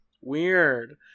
Weird